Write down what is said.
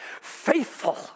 Faithful